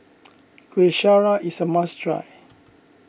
Kuih Syara is a must try